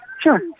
sure